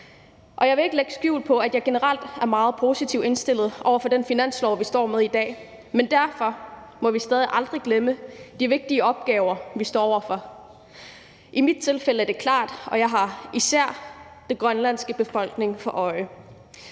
jeg vil ikke lægge skjul på, at jeg generelt er meget positivt indstillet over for den finanslov, vi står med i dag, men på trods af det må vi stadig væk ikke glemme de vigtige opgaver, vi står over for. For mig at se er det klart, og jeg har især den grønlandske befolkning for øje.